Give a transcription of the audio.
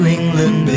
England